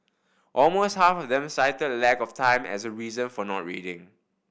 almost half of them cited lack of time as a reason for not reading